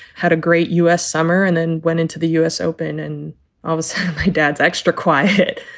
had a great u s. summer and then went into the u s. open and i was my dad's extra quiet hit